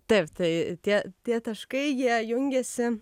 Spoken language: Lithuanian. taip tai tie tie taškai jie jungėsi